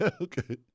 Okay